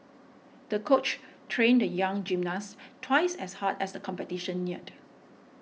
the coach trained the young gymnast twice as hard as the competition neared